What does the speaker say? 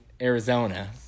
Arizona